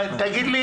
תגיד לי